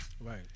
Right